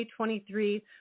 2023